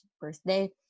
birthday